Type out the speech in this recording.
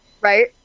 Right